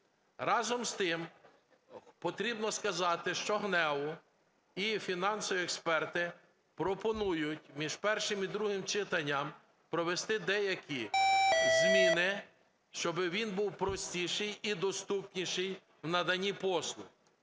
Разом з тим потрібно сказати, що ГНЕУ і експерти пропонують між першим і другим читанням провести деякі зміни, щоб він був простіший і доступніший в наданні послуг.